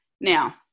Now